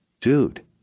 dude